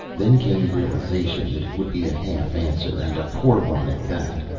then came realization that it would be a half answer, and a poor one at that.